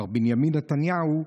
מר בנימין נתניהו,